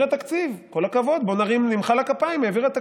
העבירה תקציב.